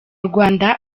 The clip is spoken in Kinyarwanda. rwanda